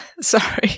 Sorry